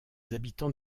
habitants